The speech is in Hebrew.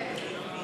כן.